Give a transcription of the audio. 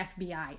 FBI